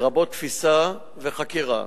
לרבות תפיסה וחקירה.